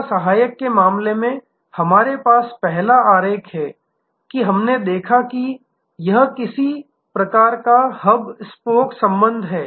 सेवा सहायक के मामले में हमारे पास पहला आरेख है कि हमने देखा कि यह किसी प्रकार का हब स्पोक संबंध है